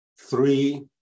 three